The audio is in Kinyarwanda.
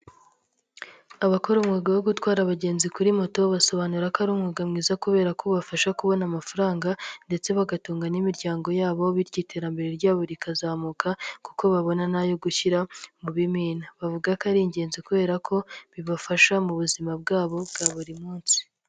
Abakora umwuga wo gutwara abagenzi kuri moto, basobanura ko ari umwuga mwiza kubera kuba ubafasha kubona amafaranga ndetse bagatugwa n'imiryango yabo bityo iterambere ryabo rikazamuka kuko babona n'ayo gushyira mu bimina. Bavuga ko ari ingenzi kubera ko bibafasha mu buzima bwabo bwa buri munsi.